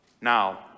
Now